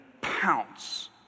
pounce